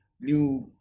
new